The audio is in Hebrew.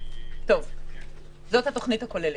זו התוכנית הכוללת.